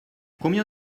combien